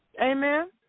Amen